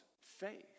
faith